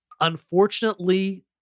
unfortunately